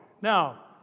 Now